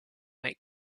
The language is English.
make